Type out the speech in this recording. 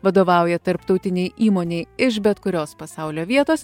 vadovauja tarptautinei įmonei iš bet kurios pasaulio vietos